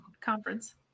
conference